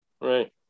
Right